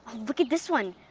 look at this one,